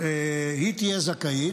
תהיה זכאית,